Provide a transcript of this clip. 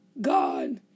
God